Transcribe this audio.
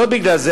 לא בגלל זה.